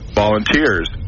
volunteers